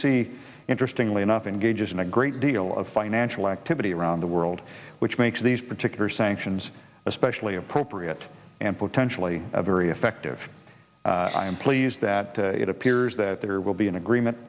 c interestingly enough engages in a great deal of financial activity around the world which makes these particular sanctions especially appropriate and potentially a very effective i am pleased that it appears that there will be an agreement